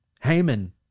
Haman